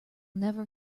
never